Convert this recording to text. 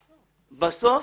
בסוף,